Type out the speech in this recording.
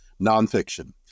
nonfiction